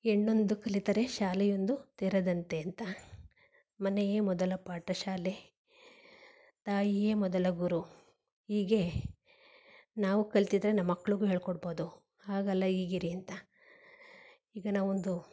ಹೆಣ್ಣೊಂದು ಕಲಿತರೆ ಶಾಲೆಯೊಂದು ತೆರೆದಂತೆ ಅಂತ ಮನೆಯೇ ಮೊದಲ ಪಾಠಶಾಲೆ ತಾಯಿಯೇ ಮೊದಲ ಗುರು ಹೀಗೆ ನಾವು ಕಲಿತಿದ್ರೆ ನಮ್ಮ ಮಕ್ಕಳಿಗೂ ಹೇಳಿಕೊಡ್ಬೋದು ಹಾಗಲ್ಲ ಹೀಗಿರಿ ಅಂತ ಈಗ ನಾವೊಂದು